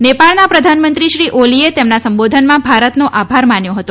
નેપાળનાં પ્રધાનમંત્રી શ્રી ઓલીએ તેમના સંબોધનમાં ભારતનો આભાર માન્યો હતો